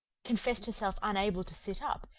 confessed herself unable to sit up,